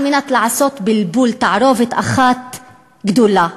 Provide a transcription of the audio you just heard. על מנת לעשות בלבול, תערובת אחת גדולה.